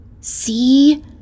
See